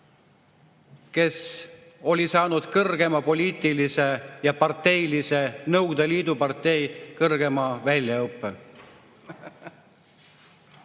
kes oli saanud kõrgema poliitilise ja parteilise, Nõukogude Liidu partei kõrgema väljaõppe.